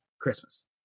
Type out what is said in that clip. Christmas